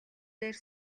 дээр